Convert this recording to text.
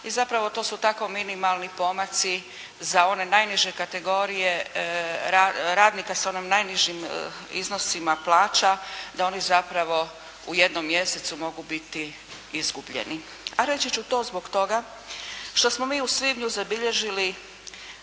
i zapravo to su tako minimalni pomaci za one najniže kategorije, radnika s onom najnižim iznosima plaća da oni zapravo u jednom mjesecu mogu biti izgubljeni. A reći ću to zbog toga što smo mi u svibnju zabilježili